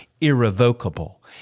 irrevocable